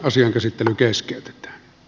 asian käsittely keskeytettiin